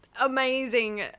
amazing